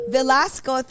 Velasco